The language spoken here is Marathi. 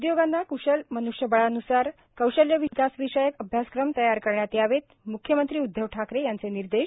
उदयोगांना कृशल मनृष्यबळानुसार कौशल्य विकासविषयक अभ्यासक्रम तयार करावे म्ख्यमंत्री उदधव ठाकरे यांचे निर्देश